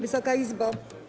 Wysoka Izbo!